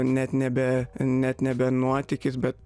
net nebe net nebe nuotykis bet